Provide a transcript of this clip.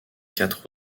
quatre